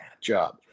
job